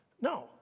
No